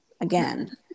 again